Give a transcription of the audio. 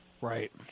Right